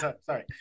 sorry